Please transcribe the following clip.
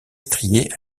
strié